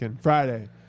Friday